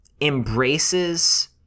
embraces